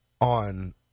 on